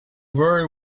very